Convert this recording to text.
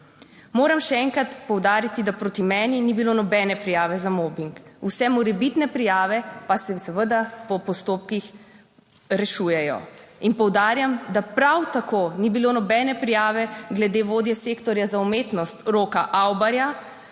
Moram še enkrat poudariti, da proti meni ni bilo nobene prijave za mobing, vse morebitne prijave pa se seveda po postopkih rešujejo. In poudarjam, da prav tako ni bilo nobene prijave glede vodje sektorja za umetnost Roka Avbarja